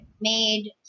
made